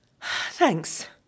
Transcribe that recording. Thanks